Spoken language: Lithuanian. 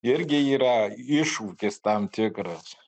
irgi yra iššūkis tam tikras